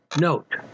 Note